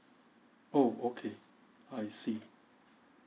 oh okay I see